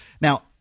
Now